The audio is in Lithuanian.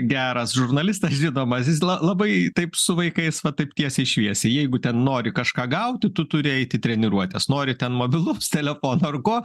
geras žurnalistas žinomas jis la labai taip su vaikais va taip tiesiai šviesiai jeigu ten nori kažką gauti tu turi eit į treniruotes nori ten mobilaus telefono ar ko